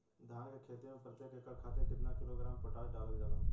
धान क खेती में प्रत्येक एकड़ खातिर कितना किलोग्राम पोटाश डालल जाला?